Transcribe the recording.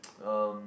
um